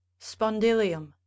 Spondylium